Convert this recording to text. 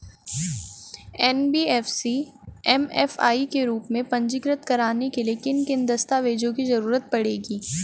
NBFC MFI के रूप में पंजीकृत कराने के लिए किन किन दस्तावेजों की जरूरत पड़ेगी?